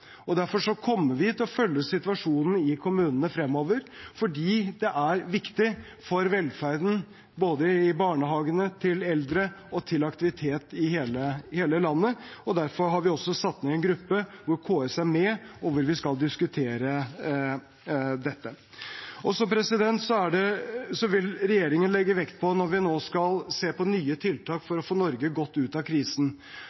Derfor kommer vi til å følge situasjonen i kommunene fremover, fordi det er viktig for velferden både i barnehagene, til eldre og til aktivitet i hele landet, og derfor har vi også satt ned en gruppe hvor KS er med, og hvor vi skal diskutere dette. Regjeringen vil legge vekt på når vi nå skal se på nye tiltak